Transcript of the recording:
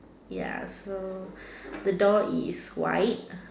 ya so the door is white